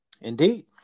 Indeed